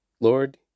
Lord